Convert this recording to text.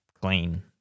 clean